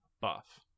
buff